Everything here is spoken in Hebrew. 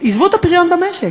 עזבו את הפריון במשק,